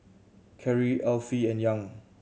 Kerry Alfie and Young